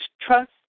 trust